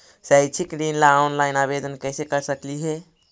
शैक्षिक ऋण ला ऑनलाइन आवेदन कैसे कर सकली हे?